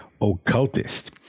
occultist